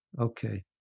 Okay